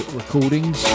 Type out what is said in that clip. recordings